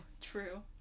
true